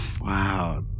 Wow